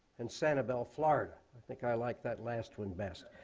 and sanibel, florida. i think i like that last one best.